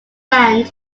when